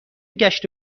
گشت